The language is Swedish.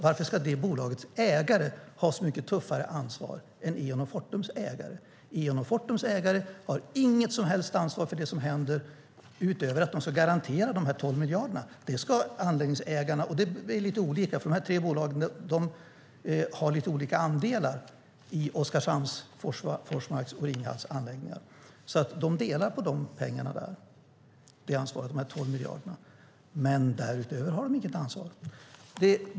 Varför ska det bolagets ägare ha så mycket tuffare ansvar än Eons och Fortums ägare? Eons och Fortums ägare har inget som helst ansvar för det som händer utöver att de ska garantera de här 12 miljarderna. Det är lite olika för de här tre bolagen, för de har lite olika andelar i Oskarshamns, Forsmarks och Ringhals anläggningar. De delar på ansvaret för de här 12 miljarderna, men därutöver har de inget ansvar.